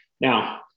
Now